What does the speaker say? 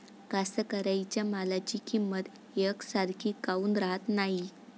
कास्तकाराइच्या मालाची किंमत यकसारखी काऊन राहत नाई?